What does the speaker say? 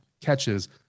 catches